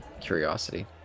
curiosity